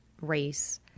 race